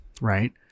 right